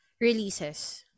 releases